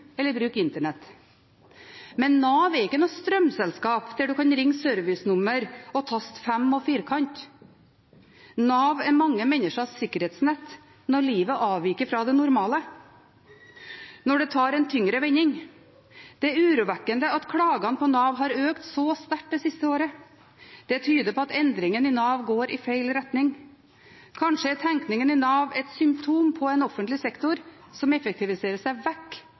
eller bruke internett. Men Nav er ikke noe strømselskap, der man kan ringe servicenummer og taste 5 og firkant. Nav er mange menneskers sikkerhetsnett når livet avviker fra det normale, når det tar en tyngre vending. Det er urovekkende at klagene på Nav har økt så sterkt det siste året. Det tyder på at endringen i Nav går i feil retning. Kanskje er tenkningen i Nav et symptom på en offentlig sektor som effektiviserer seg vekk